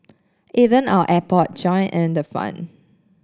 even our airport joined in the fun